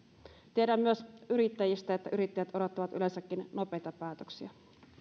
tiedän myös yrittäjistä että yrittäjät odottavat yleensäkin nopeita päätöksiä